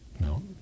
No